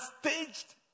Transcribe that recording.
staged